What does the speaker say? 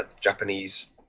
Japanese